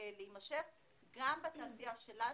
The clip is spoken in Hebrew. להימשך בתעשיית המלט,